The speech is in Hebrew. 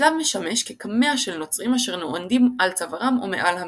הצלב משמש כקמע של לנוצרים אשר עונדים על צווארם או מעל המיטות.